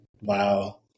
Wow